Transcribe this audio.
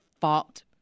fault